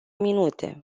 minute